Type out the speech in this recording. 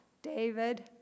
David